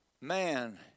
Man